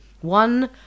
One